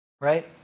Right